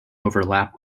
overlap